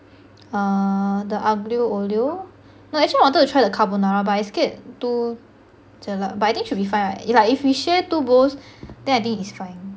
err the aglio olio no actually I wanted to try the carbonara but I scared too jialat but I think should be fine [what] you like if we share two bowls then I think it's fine